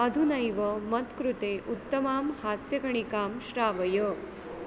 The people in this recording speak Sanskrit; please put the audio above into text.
अधुनैव मत्कृते उत्तमां हास्यगणिकां श्रावय